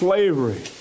Slavery